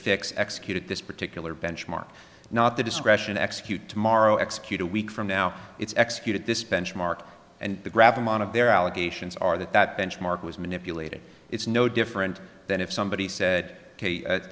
fix executed this particular benchmark not the discretion execute tomorrow execute a week from now it's executed this benchmark and the grab them out of their allegations are that that benchmark was manipulated it's no different than if somebody said